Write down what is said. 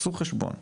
תעשו חשבון,